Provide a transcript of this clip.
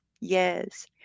Yes